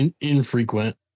Infrequent